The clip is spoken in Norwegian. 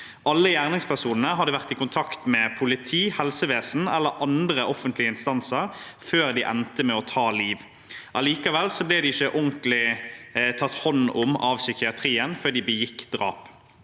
Alle gjerningspersonene hadde vært i kontakt med politi, helsevesen eller andre offentlige instanser før de endte med å ta liv. Allikevel ble de ikke tatt ordentlig hånd om av psykiatrien før de begikk drap.